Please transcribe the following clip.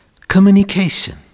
Communication